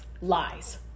Lies